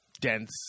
dense